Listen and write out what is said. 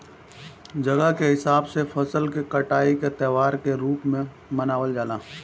जगह के हिसाब से फसल के कटाई के त्यौहार के रूप में मनावल जला